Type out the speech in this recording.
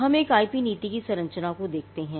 हम एक आईपी नीति की संरचना को देखते हैं